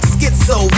Schizo